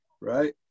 right